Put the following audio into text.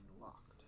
locked